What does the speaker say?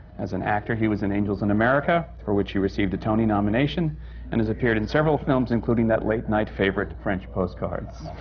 as an actor, he was in angels in america, for which he received a tony nomination and has appeared in several films, including that late night favorite, french postcards.